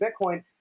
Bitcoin